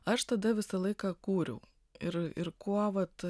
aš tada visą laiką kūriau ir ir kuo vat